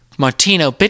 Martino